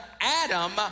adam